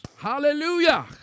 Hallelujah